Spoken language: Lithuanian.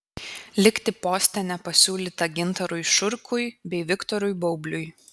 likti poste nepasiūlyta gintarui šurkui bei viktorui baubliui